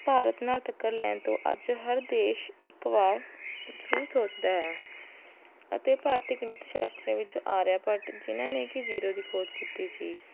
ਭਾਰਤ ਨਾਲ ਟੱਕਰ ਲੈਣ ਤੋਂ ਅੱਜ ਹਰ ਦੇਸ਼ ਇੱਕ ਵਾਰ ਜ਼ਰੂਰ ਸੋਚਦਾ ਹੈ ਅਤੇ ਭਾਰਤੀ ਗਣਿਤ ਸ਼ਾਸਤਰ ਵਿੱਚ ਆਰਿਆ ਭੱਟ ਜਿਨ੍ਹਾਂ ਨੇ ਕਿ ਜੀਰੋ ਦੀ ਖੋਜ ਕੀਤੀ ਸੀ